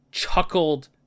chuckled